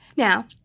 Now